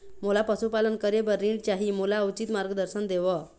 मोला पशुपालन करे बर ऋण चाही, मोला उचित मार्गदर्शन देव?